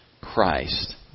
Christ